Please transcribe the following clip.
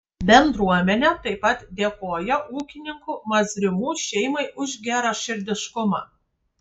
bendruomenė taip pat dėkoja ūkininkų mazrimų šeimai už geraširdiškumą